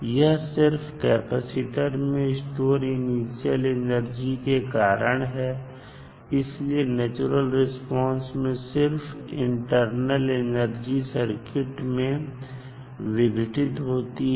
यह सिर्फ कैपेसिटर में स्टोर इनिशियल एनर्जी के कारण है इसलिए नेचुरल रिस्पांस में सिर्फ इंटरनल एनर्जी सर्किट में विघटित होती है